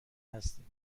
هستیم